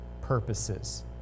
purposes